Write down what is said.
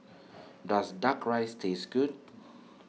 does Duck Rice taste good